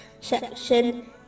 section